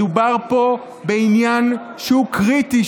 מדובר פה בעניין שהוא קריטי,